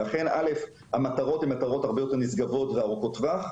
ולכן א' המטרות הן מטרות הרבה יותר נשגבות וארוכות טווח.